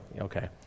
okay